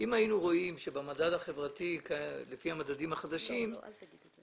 תצטרך לתת את